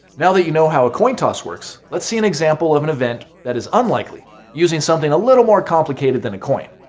now that you know how a coin toss works, let's see an example of an event that is unlikely using something a little more complicated than a coin.